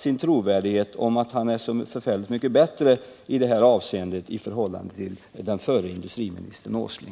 ge trovärdighet åt att han är så förfärligt mycket bättre i detta avseende än förre industriministern Åsling?